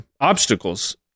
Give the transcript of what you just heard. obstacles